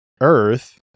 earth